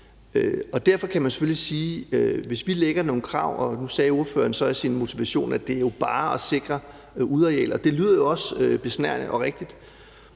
Derfor kan man selvfølgelig sige, at hvis vi lægger nogle krav ind, og nu sagde ordføreren så i sin motivation, at det jo bare er at sikre udearealer, og det lyder jo også besnærende og rigtigt,